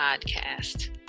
podcast